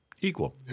Equal